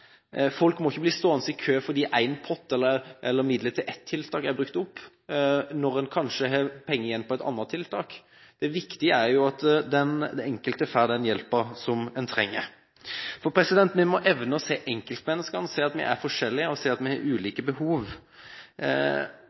Folk må ikke bli stående i kø fordi én pott eller fordi midler til ett tiltak er brukt opp, når en kanskje har penger igjen på et annet tiltak. Det viktige er jo at den enkelte får den hjelpen som en trenger. For vi må evne å se enkeltmenneskene, se at vi er forskjellige og se at vi har ulike behov.